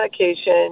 medication